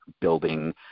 building